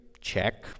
check